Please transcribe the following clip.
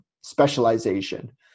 specialization